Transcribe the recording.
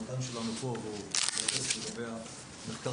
המדען שלנו פה והוא יתייחס לגבי המחקר